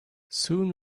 soon